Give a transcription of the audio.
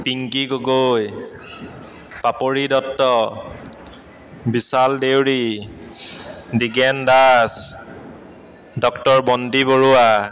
Pinky Gogoi Papori Dutta Bishal Deori Digen Das doctor Bonti Barua